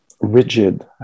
rigid